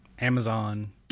Amazon